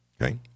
okay